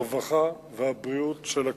הרווחה והבריאות של הכנסת.